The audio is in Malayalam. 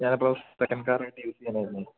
ഞാൻ അപ്പോൾ സെക്കൻഡ് കാറായിട്ട് യൂസ് ചെയ്യാനായിരുന്നു